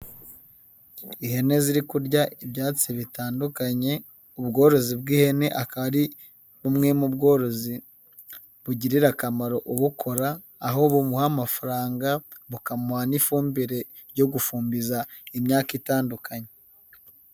Ihene ziri kurya ibyatsi bitandukanye, ubworozi bw'ihene akaba ari bumwe mu bworozi bugirira akamaro ubukora, aho bumuha amafaranga bu mukamuha n'ifumbire yo gufumbiza imyaka itandukanye.